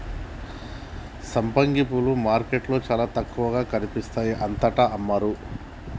సంపంగి పూలు మార్కెట్లో చాల తక్కువగా కనిపిస్తాయి అంతటా అమ్మరు